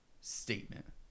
statement